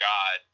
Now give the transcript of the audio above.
God